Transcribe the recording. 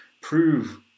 prove